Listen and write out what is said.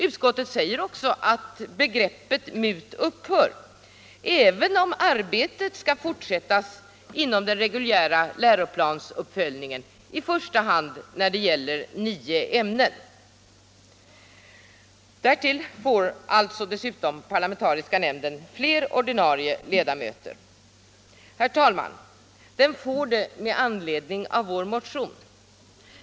Utskottet säger också att begreppet MUT upphör även om arbetet skall fortsätta inom den reguljära läroplansuppföljningen i första hand när det gäller nio ämnen. Därtill får alltså parlamentariska nämnden fler ordinarie ledamöter. Den får det, fru talman, med anledning av vår motion.